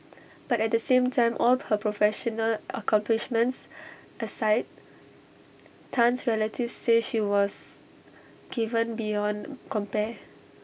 but at the same time all her professional accomplishments aside Tan's relatives say she was giving beyond compare